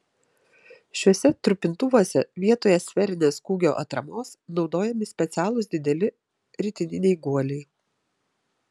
šiuose trupintuvuose vietoje sferinės kūgio atramos naudojami specialūs dideli ritininiai guoliai